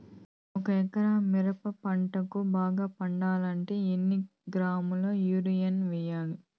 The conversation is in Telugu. ఒక ఎకరా మిరప పంటకు బాగా పండాలంటే ఎన్ని కిలోగ్రామ్స్ యూరియ వెయ్యాలి?